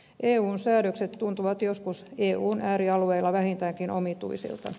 eun säädökset tuntuvat joskus eun äärialueilla vähintäänkin omituisilta